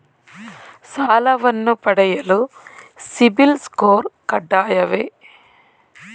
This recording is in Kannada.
ಸಾಲವನ್ನು ಪಡೆಯಲು ಸಿಬಿಲ್ ಸ್ಕೋರ್ ಕಡ್ಡಾಯವೇ?